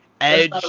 Edge